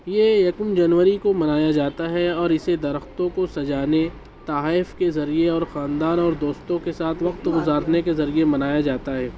یہ یکم جنوری کو منایا جاتا ہے اور اسے درختوں کو سجانے تحائف کے ذریعے اور خاندان اور دوستوں کے ساتھ وقت گزارنے کے ذریعے منایا جاتا ہے